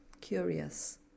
curious